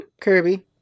Kirby